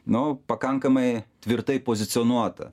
nu pakankamai tvirtai pozicionuota